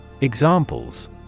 Examples